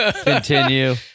Continue